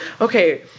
Okay